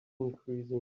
increasing